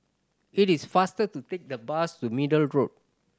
it is faster to take the bus to Middle Road